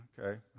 Okay